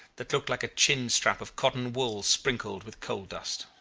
that looked like a chin strap of cotton-wool sprinkled with coal-dust.